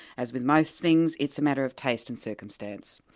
as with most things, it's a matter of taste and circumstance.